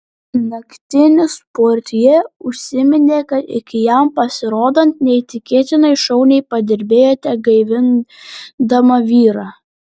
naktinis portjė užsiminė kad iki jam pasirodant neįtikėtinai šauniai padirbėjote gaivindama vyrą